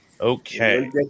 Okay